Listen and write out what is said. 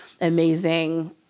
amazing